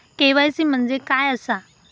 KYC म्हणजे काय आसा?